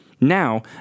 now